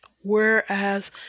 Whereas